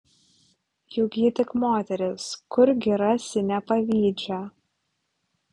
juk ji tik moteris kurgi rasi nepavydžią